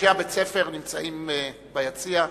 אנשי בית-הספר נמצאים ביציע.